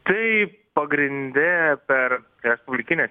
tai pagrinde per respublikines